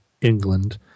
England